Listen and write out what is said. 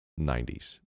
90s